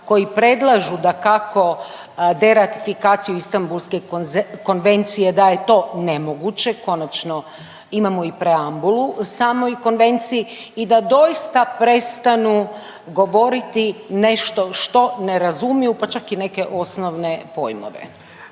koji predlažu dakako deratifikaciju Istanbulska konz… konvencije da je to nemoguće, konačno imamo i preambulu u samoj konvenciji i da doista prestanu govoriti nešto što ne razumiju pa čak i neke osnovne pojmove.